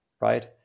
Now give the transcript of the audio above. right